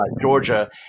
Georgia